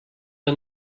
the